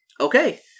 Okay